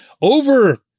Over